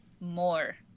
more